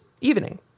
evening